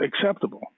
acceptable